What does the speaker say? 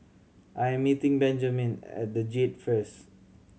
I am meeting Benjamen at The Jade first